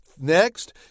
next